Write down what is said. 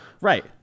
Right